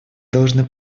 должны